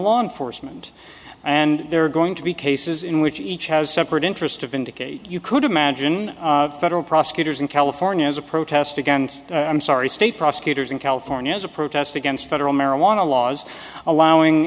law enforcement and there are going to be cases in which each has a separate interest of indicate you could imagine federal prosecutors in california as a protest against i'm sorry state prosecutors in california as a protest against federal marijuana laws allowing